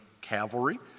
cavalry